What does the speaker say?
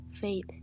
faith